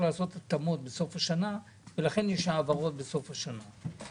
לעשות התאמות בסוף השנה ולכן יש העברות בסוף השנה.